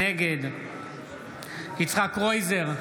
נגד יצחק קרויזר,